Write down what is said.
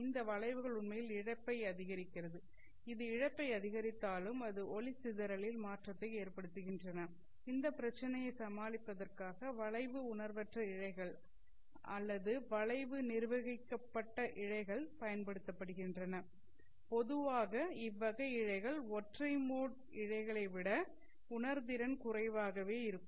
இந்த வளைவுகள் உண்மையில் இழப்பை அதிகரிக்கிறது இது இழப்பை அதிகரித்தாலும் அது ஒளி சிதறலில் மாற்றத்தை ஏற்படுத்துகின்றன இந்த பிரச்சனையை சமாளிப்பதற்காக வளைவு உணர்வற்ற இழைகள் அல்லதுவளைவு நிர்வகிக்கப்பட்ட இழைகள் பயன்படுத்தப்படுகின்றன பொதுவாக இவ்வகை இழைகள் ஒற்றை மோட் இழைகளை விட உணர்திறன் குறைவாகவே இருக்கும்